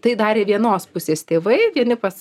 tai darė vienos pusės tėvai vieni pas